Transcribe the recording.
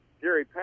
Jerry